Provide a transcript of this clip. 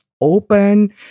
open